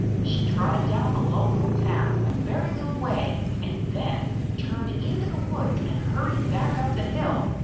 she trotted down the lone little path a very little way and then turned into the woods and hurried back up the hill,